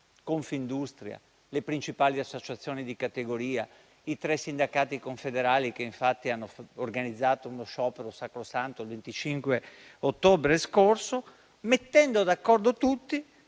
(Confindustria, le principali associazioni di categoria, i tre sindacati confederali che infatti hanno organizzato uno sciopero sacrosanto il 25 ottobre scorso), con la manovra di